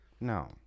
No